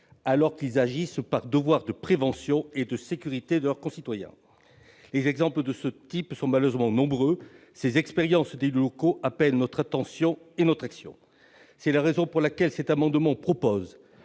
alors qu'ils agissent par devoir de prévention et par souci de sécurité de leurs concitoyens. Les exemples de ce type sont malheureusement nombreux. Ces expériences vécues par les élus locaux appellent notre attention et notre action. C'est la raison pour laquelle le présent amendement vise